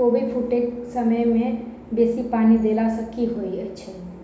कोबी फूटै समय मे बेसी पानि देला सऽ की होइ छै?